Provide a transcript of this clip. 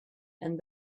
and